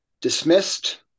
dismissed